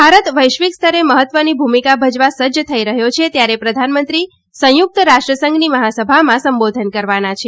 ભારત વૈશ્વિક સ્તરે મહત્વની ભૂમિકા ભજવા સજ્જ થઈ રહ્યો છે ત્યારે પ્રધાનમંત્રી સંયુક્ત રાષ્ટ્રસંઘની મહાસભામાં સંબોધન કરવાના છે